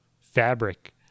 fabric